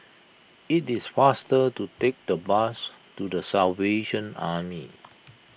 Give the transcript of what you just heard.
it is faster to take the bus to the Salvation Army